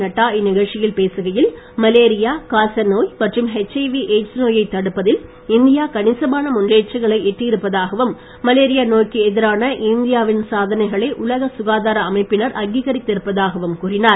நட்டா இந்நிகழ்ச்சியில் பேசுகையில் மலேரியா காசநோய் மற்றும் ஹெச்ஐவி எய்ட்ஸ் நோயைத் தடுப்பதில் இந்தியா கணிசமான முன்னேற்றங்களை எட்டியிருப்பதாகவும் மலேரியா நோய்க்க எதிரான இந்தியா வின் சாதனைகளை உலக சுகாதார அமைப்பினர் அங்கீகரித்து இருப்பதாகவும் கூறினார்